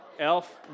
Elf